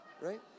Right